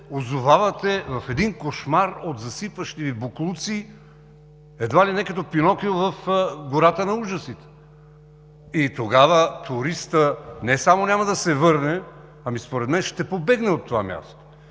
озовавате в един кошмар от засипващи Ви боклуци, едва ли не като Пинокио в гората на ужасите. Тогава туристът не само няма да се върне, ами според мен ще побегне от това място.